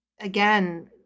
Again